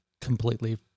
completely